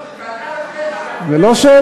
תראה איך אני אצביע, זו לא שאלה.